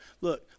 Look